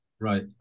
Right